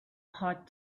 hot